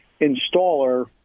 installer